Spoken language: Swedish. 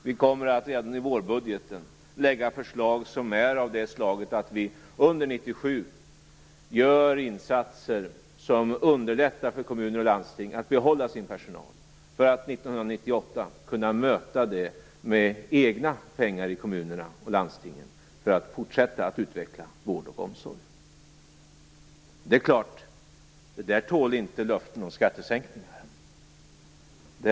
Vi kommer redan i vårbudgeten att lägga fram förslag av det slaget att vi under 1997 gör insatser som underlättar för kommuner och landsting att behålla sin personal. 1998 skall man kunna möta det med egna pengar i kommunerna och landstingen, för att fortsätta att utveckla vård och omsorg. Det är klart, det där tål inte löften om skattesänkningar.